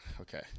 Okay